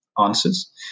answers